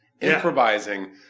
improvising